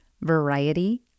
variety